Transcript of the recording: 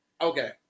Okay